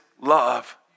love